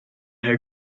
her